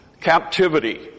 captivity